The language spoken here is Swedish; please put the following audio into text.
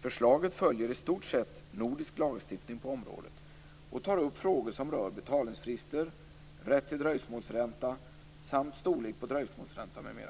Förslaget följer i stort sett nordisk lagstiftning på området och tar upp frågor som rör betalningsfrister, rätt till dröjsmålsränta, storlek på dröjsmålsränta m.m.